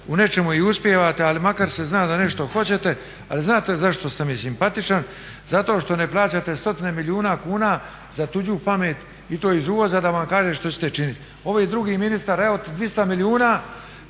u nečemu i uspijevate ali makar se zna da nešto hoćete. Ali znate zašto ste mi simpatičan, zato što ne plaćate stotine milijuna kuna za tuđu pamet i to iz uvoza da vam kaže što ćete činiti. Ovi drugi ministar evo ti 200 milijuna,